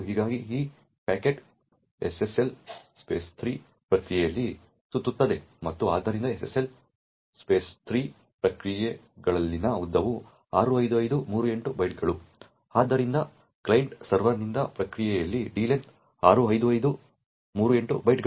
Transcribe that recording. ಹೀಗಾಗಿ ಈ packet SSL 3 ಪ್ರತಿಕ್ರಿಯೆಯಲ್ಲಿ ಸುತ್ತುತ್ತದೆ ಮತ್ತು ಆದ್ದರಿಂದ SSL 3 ಪ್ರತಿಕ್ರಿಯೆಗಳಲ್ಲಿನ ಉದ್ದವು 65538 ಬೈಟ್ಗಳು ಆದ್ದರಿಂದ ಕ್ಲೈಂಟ್ಗೆ ಸರ್ವರ್ನಿಂದ ಪ್ರತಿಕ್ರಿಯೆಯಲ್ಲಿ d length 65538 ಬೈಟ್ಗಳು